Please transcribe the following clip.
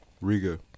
Riga